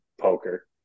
poker